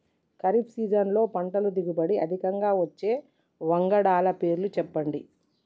ఖరీఫ్ సీజన్లో పంటల దిగుబడి అధికంగా వచ్చే వంగడాల పేర్లు చెప్పండి?